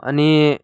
अनि